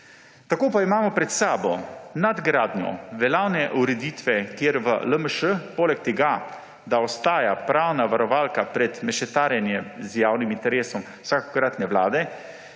Tako pa imamo pred sabo nadgradnjo veljavne ureditve, kjer v LMŠ poleg tega, da ostaja pravna varovalka pred mešetarjenjem z javnim interesom vsakokratne vlade,